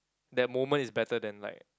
that moment is better than like